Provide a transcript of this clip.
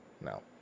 No